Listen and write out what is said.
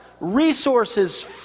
resources